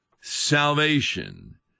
salvation